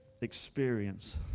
experience